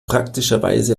praktischerweise